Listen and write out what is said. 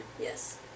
Yes